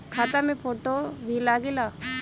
खाता मे फोटो भी लागे ला?